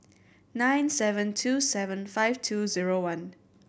nine seven two seven five two zero one